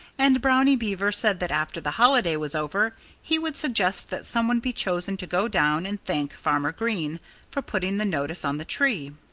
and brownie beaver said that after the holiday was over he would suggest that someone be chosen to go down and thank farmer green for putting the notice on the tree.